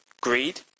Greed